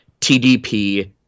TDP